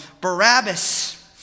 Barabbas